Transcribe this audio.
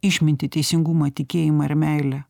išmintį teisingumą tikėjimą ir meilę